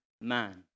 man